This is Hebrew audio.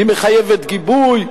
היא מחייבת גיבוי,